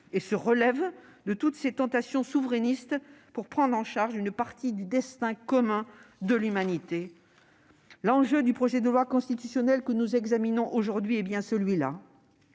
et se relève de toutes ses tentations souverainistes pour prendre en charge une partie du destin commun de l'humanité. » L'enjeu du projet de loi constitutionnelle que nous examinons aujourd'hui est bien celui-là.